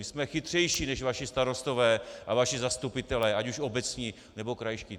My jsme chytřejší než vaši starostové a vaši zastupitelé, ať už obecní, nebo krajští.